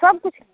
सब कुछ